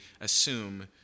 assume